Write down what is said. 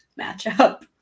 matchup